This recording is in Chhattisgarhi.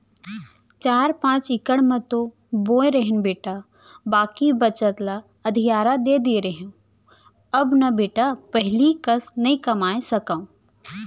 चार पॉंच इकड़ म तो बोए रहेन बेटा बाकी बचत ल अधिया दे दिए रहेंव अब न बेटा पहिली कस नइ कमाए सकव